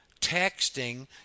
texting